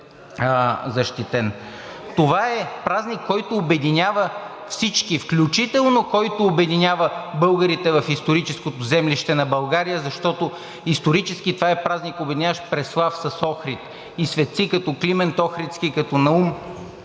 Това е празник, който обединява всички, включително който обединява българите в историческото землище на България, защото исторически това е празник, обединяващ Преслав с Охрид, и светци като Климент Охридски, като Наум